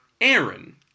Aaron